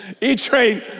E-Train